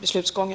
beslutsgången.